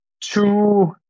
two